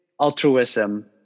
altruism